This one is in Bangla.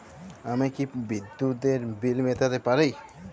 আমি কি বিদ্যুতের বিল মেটাতে পারি?